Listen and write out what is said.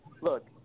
look